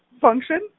function